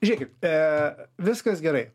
žiūrėkit viskas gerai